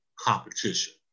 competition